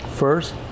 First